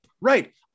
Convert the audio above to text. Right